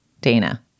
dana